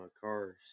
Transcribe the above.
Cars